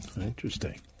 Interesting